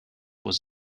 was